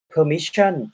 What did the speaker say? Permission